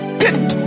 get